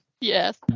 Yes